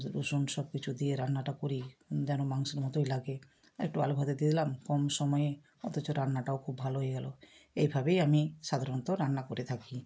রসুন সব কিছু দিয়ে রান্নাটা করে যেন মাংসের মতোই লাগে একটু আলু ভাতে দিই দিলাম কম সময়ে অথচ রান্নাটাও খুব ভালো হয়ে গেলো এইভাবেই আমি সাধারণত রান্না করে থাকি